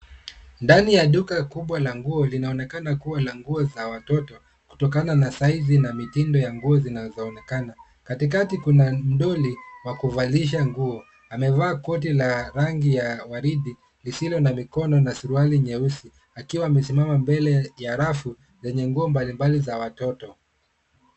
Ndani ya duka kubwa la nguo linaonekana kuwa la nguo za watoto kutokana na saizi na mitindo ya nguo zinazoonekana. Katikati kuna mdoli wa kuvalisha nguo. Amevaa koti la rangi ya waridi lisilo na mikono na suruali nyeusi, akiwa amesimama mbele ya rafu zenye nguo mbalimbali za watoto.